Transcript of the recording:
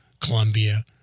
Colombia